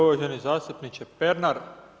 Uvaženi zastupniče Pernar.